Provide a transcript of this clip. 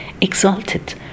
exalted